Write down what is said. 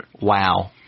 Wow